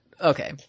Okay